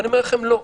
ואני אומר לכם, לא.